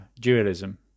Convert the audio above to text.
dualism